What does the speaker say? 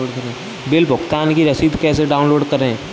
Bill भुगतान की रसीद कैसे डाउनलोड करें?